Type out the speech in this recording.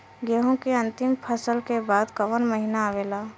गेहूँ के अंतिम फसल के बाद कवन महीना आवेला?